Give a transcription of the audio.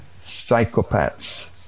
psychopaths